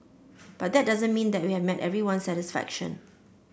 but that doesn't mean that we have met everyone's satisfaction